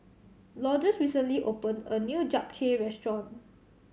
Lourdes recently opened a new Japchae Restaurant